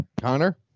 Connor